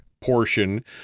portion